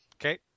Okay